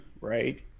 right